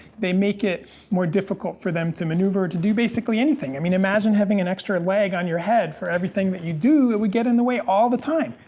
they make it more difficult for them to maneuver, to do basically anything. i mean, imagine having an extra leg on your head for everything that you do. it would get in the way all the time,